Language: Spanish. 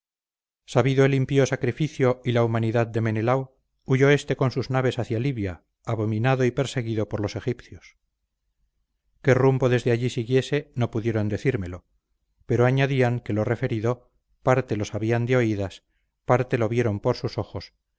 sabido el impío sacrificio y la inhumanidad de menelao huyó éste con sus naves hacia libia abominado y perseguido por los egipcios qué rumbo desde allí siguiese no pudieron decírmelo pero añadían que lo referido parte lo sabían de oídas parte lo vieron por sus ojos